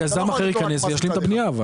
ויזם אחר ייכנס וישלים את הבנייה.